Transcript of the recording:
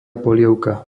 polievka